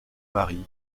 mari